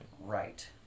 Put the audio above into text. Right